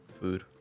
Food